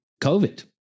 COVID